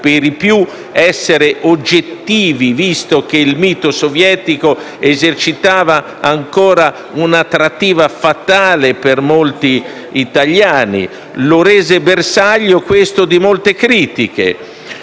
difficile essere oggettivi, visto che il mito sovietico esercitava ancora un'attrattiva fatale per molti italiani. Questo lo rese bersaglio di molte critiche,